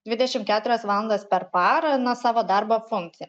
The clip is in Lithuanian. dvidešim keturias valandas per parą na savo darbo funkciją